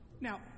Now